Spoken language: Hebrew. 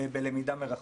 בלמידה מרחוק.